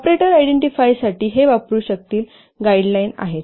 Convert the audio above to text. operator आयडेंटिफायसाठी हे वापरू शकतील गाईडलाईन आहेत